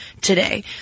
today